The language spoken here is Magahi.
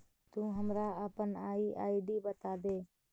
तु हमरा अपन यू.पी.आई आई.डी बतादे